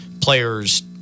players